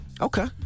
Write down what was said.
Okay